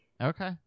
okay